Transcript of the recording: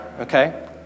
okay